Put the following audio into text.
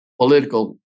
political